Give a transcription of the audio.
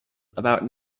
about